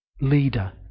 leader